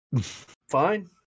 Fine